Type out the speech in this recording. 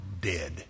dead